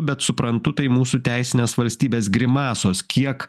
bet suprantu tai mūsų teisinės valstybės grimasos kiek